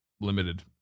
limited